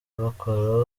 bakora